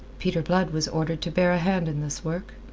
peter blood was ordered to bear a hand in this work,